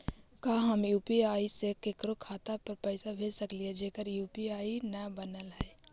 का हम यु.पी.आई से केकरो खाता पर पैसा भेज सकली हे जेकर यु.पी.आई न बनल है?